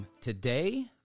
Today